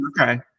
Okay